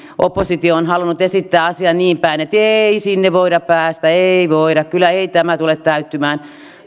oppositio on halunnut esittää asian niinpäin että ei sinne voida päästä ei voida ei tämä kyllä tule täyttymään